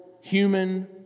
human